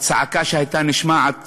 הצעקה שהייתה נשמעת